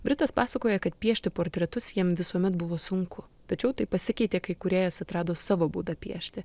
britas pasakoja kad piešti portretus jiem visuomet buvo sunku tačiau tai pasikeitė kūrėjas atrado savo būdą piešti